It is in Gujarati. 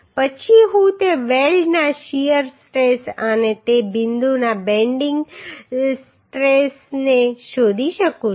પછી હું તે વેલ્ડના શીયર સ્ટ્રેસ અને તે બિંદુના બેન્ડિંગ સ્ટ્રેસને શોધી શકું છું